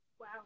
Wow